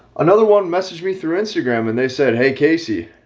another one messaged me through instagram and they said, hey, casey,